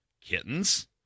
kittens